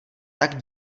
tak